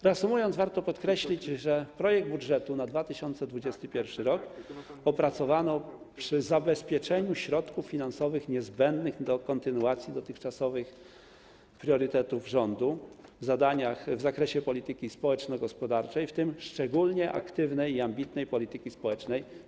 Reasumując, warto podkreślić, że projekt budżetu na 2021 r. opracowano przy zapewnieniu środków finansowych niezbędnych do kontynuacji dotychczasowych priorytetów rządu w zakresie zadań polityki społeczno-gospodarczej, w tym szczególnie aktywnej i ambitnej polityki społecznej.